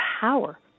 power